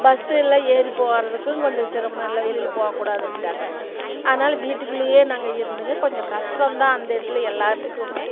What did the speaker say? பஸ்ஸல்லாம் ஏறி போகறதுக்கு கொஞ்சம் சிரமம்ல்ல வெளியில் போவ கூடாதுன்னுட்டாங்க அதனால் வீட்டுக்குள்ளையே நாங்கள் இருந்தோங்க கொஞ்சம் கஷ்டம்தான் அந்தட்ல எல்லாத்துக்குமே